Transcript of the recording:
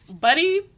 buddy